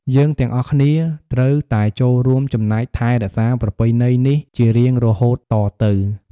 យើងទាំងអស់គ្នាត្រូវតែចូលរួមចំណែកថែរក្សាប្រពៃណីនេះជារៀងរហូតតទៅ។